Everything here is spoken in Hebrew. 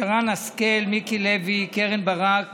שרן השכל, מיקי לוי, קרן ברק